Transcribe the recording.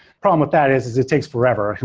problem what that is is it takes forever.